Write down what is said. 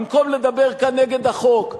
במקום לדבר כאן נגד החוק,